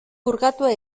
purgatua